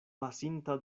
pasinta